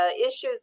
issues